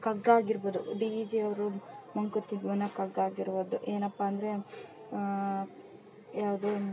ಕಗ್ಗಾ ಆಗಿರ್ಬೋದು D V G ಅವರು ಮಂಕುತಿಮ್ಮನ ಕಗ್ಗ ಆಗಿರ್ಬೋದು ಏನಪ್ಪ ಅಂದರೆ ಯಾವುದು